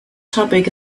topic